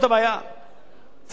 צריך צעדים הרבה יותר דרסטיים.